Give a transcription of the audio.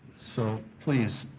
so please,